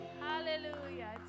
Hallelujah